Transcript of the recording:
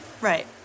Right